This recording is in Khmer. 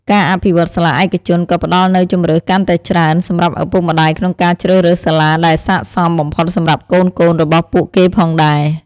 ការអភិវឌ្ឍន៍សាលាឯកជនក៏ផ្តល់នូវជម្រើសកាន់តែច្រើន សម្រាប់ឪពុកម្តាយក្នុងការជ្រើសរើសសាលាដែលស័ក្តិសមបំផុតសម្រាប់កូនៗរបស់ពួកគេផងដែរ។